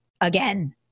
again